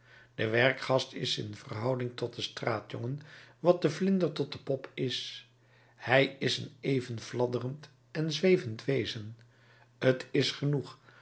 de werkgast is in verhouding tot den straatjongen wat de vlinder tot de pop is hij is een even fladderend en zwevend wezen t is genoeg